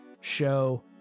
show